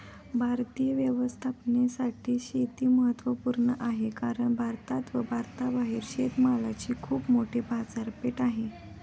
भारतीय अर्थव्यवस्थेसाठी शेती महत्वपूर्ण आहे कारण भारतात व भारताबाहेर शेतमालाची खूप मोठी बाजारपेठ आहे